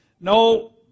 no